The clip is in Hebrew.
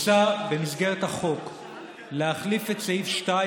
מוצע במסגרת החוק להחליף את סעיף 2,